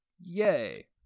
Yay